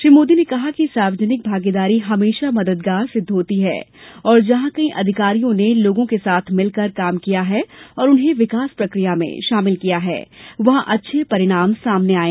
श्री मोदी ने कहा कि सार्वजनिक भागीदारी हमेशा मददगार सिद्ध होती है और जहां कहीं अधिकारियों ने लोगों के साथ मिलकर काम किया और उन्हें विकास प्रकिया में शामिल किया वहां अच्छे परिणाम सामने आये